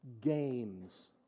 games